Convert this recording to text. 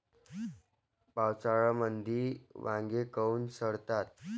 पावसाळ्यामंदी वांगे काऊन सडतात?